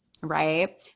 Right